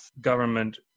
government